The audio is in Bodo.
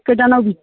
गोदानाव